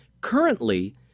Currently